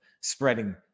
spreading